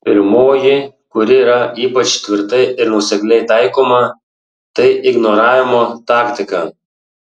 pirmoji kuri yra ypač tvirtai ir nuosekliai taikoma tai ignoravimo taktika